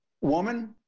woman